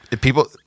people